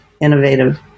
innovative